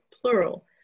plural